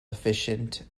efficient